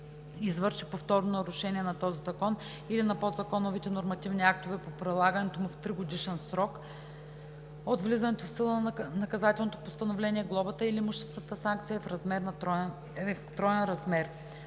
извърши повторно нарушение на този закон или на подзаконовите нормативни актове по прилагането му в тригодишен срок от влизането в сила на наказателното постановление, глобата или имуществената санкция е в троен размер.“